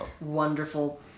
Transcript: Wonderful